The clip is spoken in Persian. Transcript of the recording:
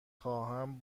خواهم